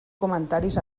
comentaris